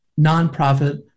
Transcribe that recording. nonprofit